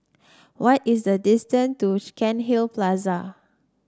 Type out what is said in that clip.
what is the distance to Cairnhill Plaza